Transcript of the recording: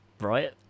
right